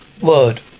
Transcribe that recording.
Word